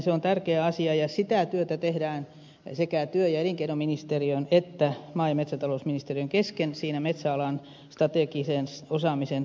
se on tärkeä asia ja sitä työtä tehdään sekä työ ja elinkeinoministeriön että maa ja metsätalousministeriön kesken siinä metsäalan strategisen osaamisen työryhmässä